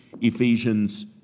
Ephesians